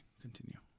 Continue